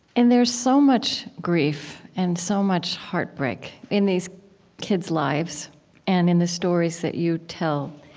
and there's so much grief and so much heartbreak in these kids' lives and in the stories that you tell.